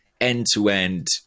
end-to-end